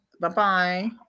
Bye-bye